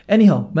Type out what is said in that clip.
Anyhow